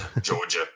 Georgia